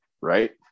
right